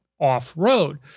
off-road